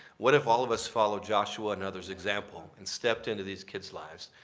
what if all of us follow joshua and other's example and stepped into these kid's lives?